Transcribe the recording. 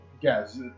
Yes